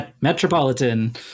Metropolitan